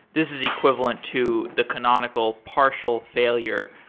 this is equivalent to the canonical partial failure,